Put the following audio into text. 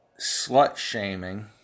slut-shaming